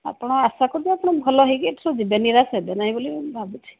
ଆପଣ ଆଶା କରୁଛି ଆପଣ ଭଲ ହେଇକି ଏଇଠିରୁ ଯିବେ ନିରାଶ ହେବେନାହିଁ ବୋଲି ମୁଁ ଭାବୁଛି